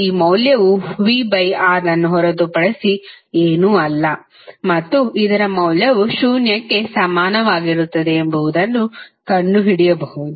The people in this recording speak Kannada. ಈ ಮೌಲ್ಯವು vR ಅನ್ನು ಹೊರತುಪಡಿಸಿ ಏನೂ ಅಲ್ಲ ಮತ್ತು ಇದರ ಮೌಲ್ಯವು ಶೂನ್ಯಕ್ಕೆ ಸಮಾನವಾಗಿರುತ್ತದೆ ಎಂಬುದನ್ನು ಕಂಡುಹಿಡಿಯಬಹುದು